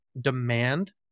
demand